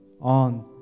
on